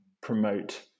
promote